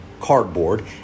cardboard